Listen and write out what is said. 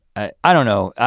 i don't know,